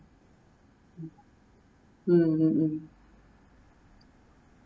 mm mm mm